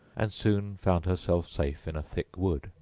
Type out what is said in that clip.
and soon found herself safe in a thick wood.